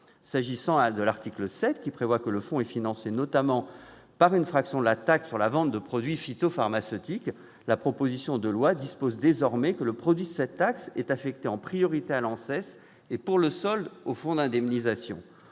au demandeur. L'article 7, qui prévoyait que le fonds serait financé notamment par une fraction de la taxe sur la vente de produits phytopharmaceutiques, dispose désormais que le produit de cette taxe sera affecté en priorité à l'ANSES et, pour le solde, au fonds d'indemnisation.